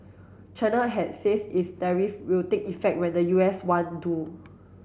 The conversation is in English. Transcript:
China had says its tariff will take effect when the U S one do